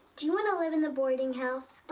do you want to live in the boarding house?